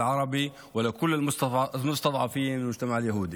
הערבית ועבור כל המוחלשים בחברה היהודית.)